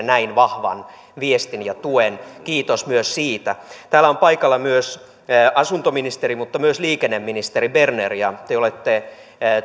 näin vahvan viestin ja tuen kiitos myös siitä täällä on paikalla myös asuntoministeri mutta myös liikenneministeri berner te olette